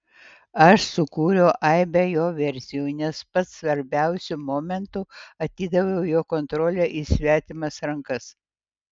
aš sukūriau aibę jo versijų nes pats svarbiausiu momentu atidaviau jo kontrolę į svetimas rankas